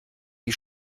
die